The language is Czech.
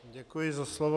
Děkuji za slovo.